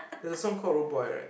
there's a song called Rude Boy right